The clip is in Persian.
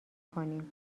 کنیم